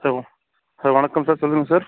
hello hello வணக்கம் sir சொல்லுங்கள் sir